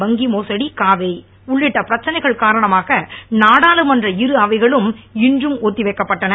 வங்கி மோசடி காவிரி உள்ளிட்ட பிரச்சனைகள் காரணமாக நாடாளுமன்ற இரு அவைகளும் இன்றும் ஒத்திவைக்கப்பட்டன